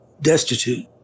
destitute